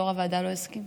יו"ר הוועדה לא הסכים.